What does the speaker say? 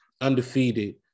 undefeated